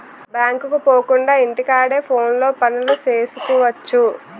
బ్యాంకుకు పోకుండా ఇంటి కాడే ఫోనులో పనులు సేసుకువచ్చు